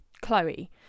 Chloe